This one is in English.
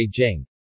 Beijing